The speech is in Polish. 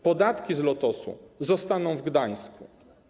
Podatki z Lotosu zostaną w Gdańsku.